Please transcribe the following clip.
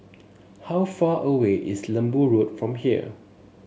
how far away is Lembu Road from here